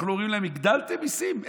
אנחנו אומרים להם: הגדלתם מיסים,